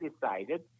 decided